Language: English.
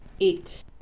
Eight